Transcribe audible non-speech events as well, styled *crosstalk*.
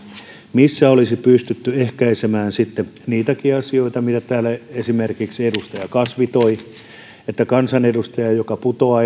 missä olisi pystytty ehkäisemään sitten niitäkin asioita mitä täällä esimerkiksi edustaja kasvi toi että kansanedustajan joka putoaa *unintelligible*